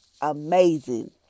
amazing